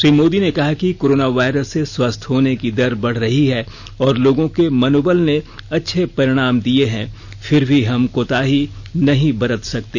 श्री मोदी ने कहा कि कोराना वायरस से स्वस्थ होने की दर बढ़ रही है और लोगों के मनोबल ने अच्छे परिणाम दिए हैं फिर भी हम कोताही नहीं बरत सकते